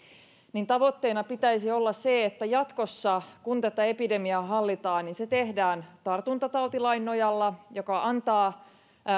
tavoitteena pitäisi olla se että jatkossa kun tätä epidemiaa hallitaan se tehdään tartuntatautilain nojalla joka antaa